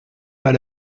pas